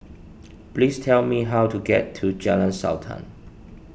please tell me how to get to Jalan Sultan